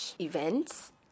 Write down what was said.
events